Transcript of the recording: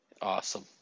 Awesome